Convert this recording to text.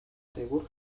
дээгүүр